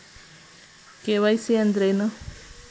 KYC ಅಂದ್ರೇನು?